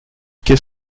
qu’est